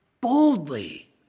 boldly